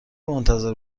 منتظر